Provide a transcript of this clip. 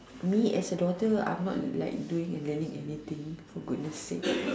me as a daughter I'm not like doing and learning anything for goodness sake